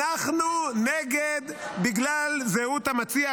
אנחנו נגד בגלל זהות המציע.